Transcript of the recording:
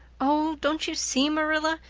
oh, don't you see, marilla?